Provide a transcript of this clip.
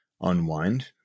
unwind